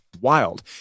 wild